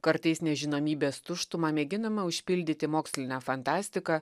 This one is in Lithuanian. kartais nežinomybės tuštumą mėginama užpildyti moksline fantastika